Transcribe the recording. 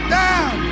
down